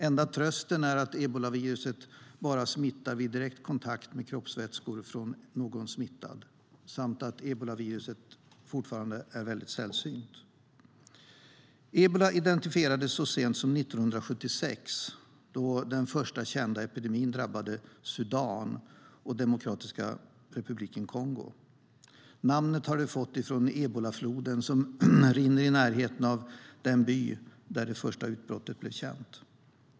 Enda trösten är att ebolaviruset bara smittar vid direkt kontakt med kroppsvätskor från någon smittad samt att ebolaviruset fortfarande är mycket sällsynt. Ebola identifierades så sent som 1976, då den första kända epidemin drabbade Sudan och Demokratiska republiken Kongo. Namnet har viruset fått från Ebolafloden som rinner i närheten av den by där det första utbrottet blev känt.